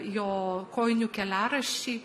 jo kojinių keliaraščiai